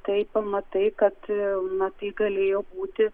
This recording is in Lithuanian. tai pamatai kad na tai galėjo būti